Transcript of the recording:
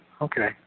Okay